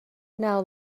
now